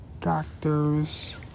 doctors